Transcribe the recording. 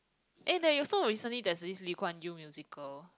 eh there you so recently there's this Lee-Kuan-Yew musical